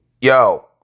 yo